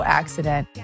accident